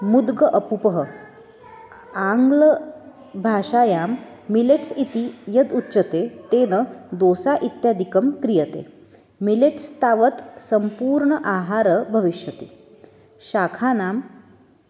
मुद्ग अपूपः आङ्ग्लभाषायां मिलेट्स् इति यद् उच्यते तेन दोसा इत्यादिकं क्रियते मिलेट्स् तावत् सम्पूर्णः आहारः भविष्यति शाकानां